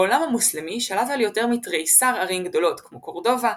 העולם המוסלמי שלט על יותר מתריסר ערים גדולות כמו קורדובה,